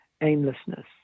aimlessness